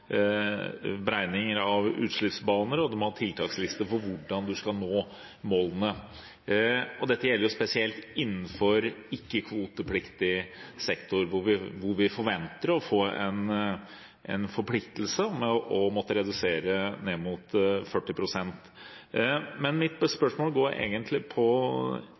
Dette gjelder spesielt innenfor ikke-kvotepliktig sektor, hvor vi forventer å få en forpliktelse om å måtte redusere ned mot 40 pst. Mitt spørsmål handler egentlig